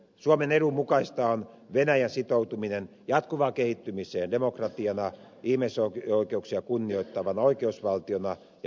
suomen edun mukaista on venäjän sitoutuminen jatkuvaan kehittymiseen demokratiana ihmisoikeuksia kunnioittavana oikeusvaltiona ja markkinatalousmaana